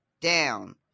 Down